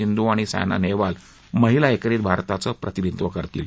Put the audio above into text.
सिंधु आणि सायना नद्खाल महिला एक्टीत भारताचं प्रतिनिधित्व करतील